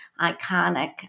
iconic